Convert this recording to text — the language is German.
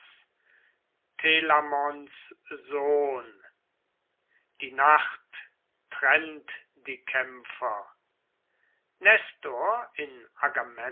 sohn die nacht trennt die kämpfer nestor in